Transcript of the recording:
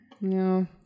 No